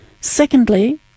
Secondly